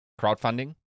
crowdfunding